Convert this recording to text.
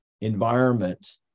environment